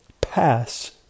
pass